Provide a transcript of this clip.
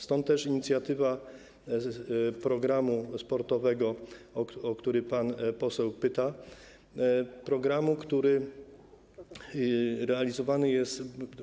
Stąd też inicjatywa programu sportowego, o który pan poseł pyta, programu, który realizowany jest.